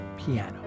piano